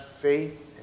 faith